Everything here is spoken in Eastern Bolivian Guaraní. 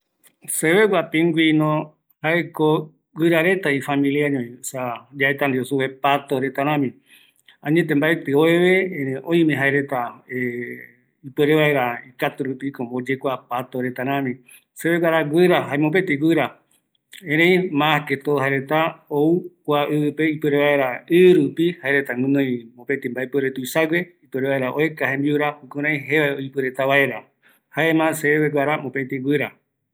Sevegua pingüino guirareta ifamilia, yaeta supe pato retaramiño, mbatɨ oveve, ërëi oyekua pato retarami, seveguara jae guira, jaereta guinoi mopetï mbaepuere tuisague ɨ rupiguara, oeka vaera jembiura ɨ iyɨvɨte rupi oipɨ jevae